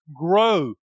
grow